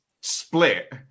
split